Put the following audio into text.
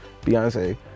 Beyonce